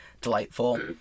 delightful